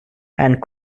and